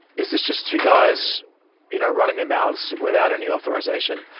is this just two guys you know running their mouths without any authorization?